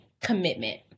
commitment